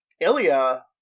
Ilya